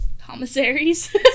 Commissaries